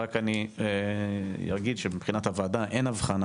אני אגיד שמבחינת הוועדה אין הבחנה